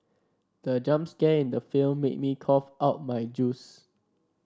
the jump scare in the film made me cough out my juice